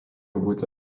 būti